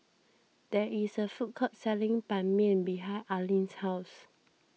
there is a food court selling Ban Mian behind Arlin's house